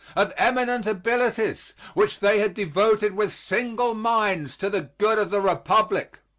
of eminent abilities, which they had devoted with single minds to the good of the republic.